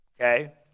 Okay